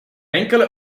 enkele